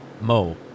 Mo